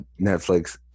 netflix